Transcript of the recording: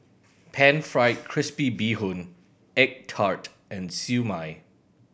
Pan Fried Crispy Bee Hoon egg tart and Siew Mai